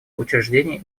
учреждений